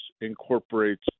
incorporates